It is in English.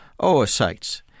oocytes